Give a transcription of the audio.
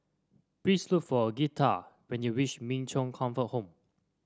please look for Girtha when you reach Min Chong Comfort Home